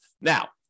Now